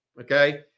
Okay